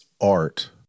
art